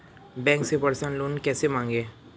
Bank से personal loan कैसे मांगें?